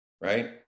right